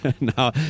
now